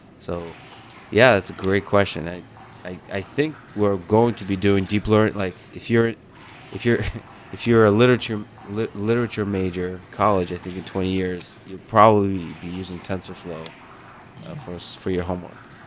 so yeah, it's a great question. i i think we're going to be doing deep learning like if you're if you're if you're a literature literature major college, i think, in twenty years, you'll probably be using tensorflow for so for your homework.